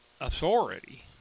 authority